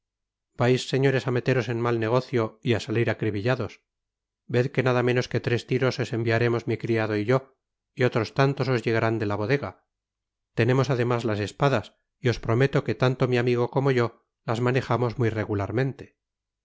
vais señores á meteros en mal negocio y á salir acribillados ved que nada menos que tres tiros os enviaremos mi criado y yo otros tantos os llegarán de la bodega tenemos además las espadas y os prometo que tanto mi amigo como yo las manejamos muy regularmente